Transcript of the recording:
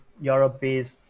europe-based